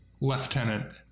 Lieutenant